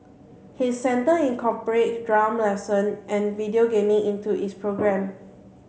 his centre incorporate drum lesson and video gaming into its programme